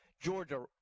georgia